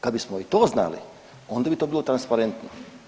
Kad bismo i to znali onda bi to bilo transparentno.